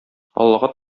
аллага